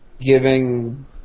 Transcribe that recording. giving